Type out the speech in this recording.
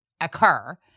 occur